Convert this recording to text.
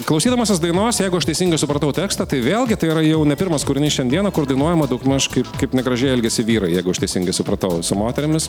klausydamasis dainos jeigu aš teisingai supratau tekstą tai vėlgi tai yra jau ne pirmas kūrinys šiandieną kur dainuojama daugmaž kaip kaip negražiai elgiasi vyrai jeigu aš teisingai supratau su moterimis